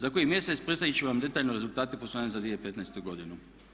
Za koji mjesec predstavit ću vam detaljno rezultate poslovanja za 2015.godinu.